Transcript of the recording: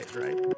right